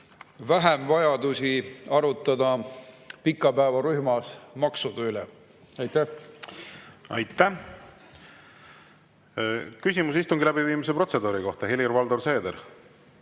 vähem vajadust arutada pikapäevarühmas maksude üle. Aitäh! Aitäh! Küsimus istungi läbiviimise protseduuri kohta, Helir-Valdor Seeder.